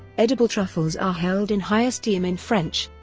edible truffles are held in high esteem in french,